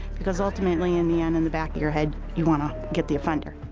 because ultimately, in the end, in the back of your head, you want to get the offender.